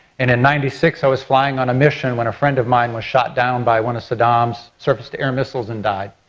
and in ninety six i was flying on a mission when a friend of mine was shot down by one of seddam's serviced air missiles and died.